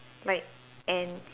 like ants